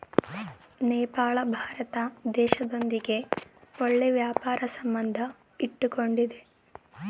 ನೇಪಾಳ ಭಾರತ ದೇಶದೊಂದಿಗೆ ಒಳ್ಳೆ ವ್ಯಾಪಾರ ಸಂಬಂಧ ಇಟ್ಕೊಂಡಿದ್ದೆ